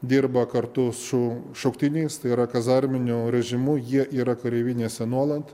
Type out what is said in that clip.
dirba kartu su šauktiniais tai yra kazarminiu režimu jie yra kareivinėse nuolat